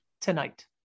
tonight